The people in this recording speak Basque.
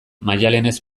maialenez